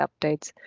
updates